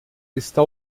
está